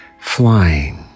Flying